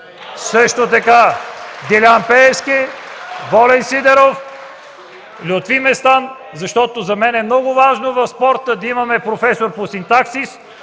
също така Делян Пеевски, Волен Сидеров, Лютви Местан. За мен е много важно в спорта да имаме професор по синтаксис!